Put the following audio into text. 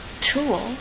tool